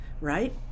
right